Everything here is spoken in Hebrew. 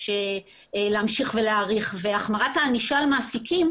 להמשיך ולהאריך והחמרת הענישה על מעסיקים,